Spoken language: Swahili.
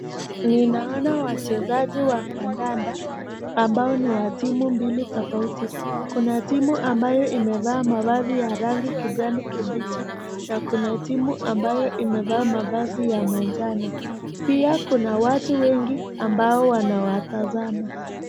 Ninaona wachezaji wa kandanda ambao ni wa timu mbili tofauti. Kuna timu ambayo imevaa mavazi ya rangi kijani kibichi na kuna timu ambayo imevaa mavazi ya manjano. Pia kuna watu wengi ambao wanawatazama.